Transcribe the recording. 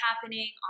happening